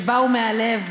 שבאו מהלב,